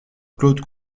claude